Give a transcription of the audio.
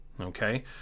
Okay